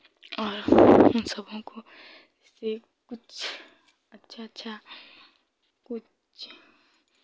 और उन सबों को जैसे कुछ अच्छा अच्छा कुछ